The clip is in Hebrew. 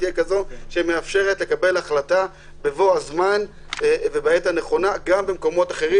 תהיה כזאת שמאפשרת לקבל החלטה בבוא הזמן ובעת הנכונה גם במקומות אחרים,